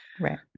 Right